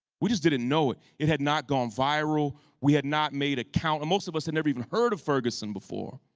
we just didn't know it. it had not gone viral, we had not made a count and most of us had never even heard of ferguson before.